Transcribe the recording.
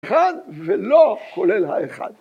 ‫אחד ולא כולל האחד.